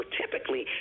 typically